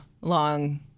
long